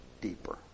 deeper